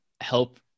help